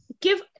give